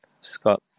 scott